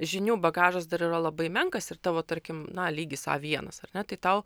žinių bagažas dar yra labai menkas ir tavo tarkim na lygis a vienas ar ne tai tau